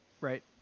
right